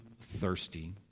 thirsty